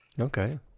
Okay